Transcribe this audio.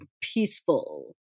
peaceful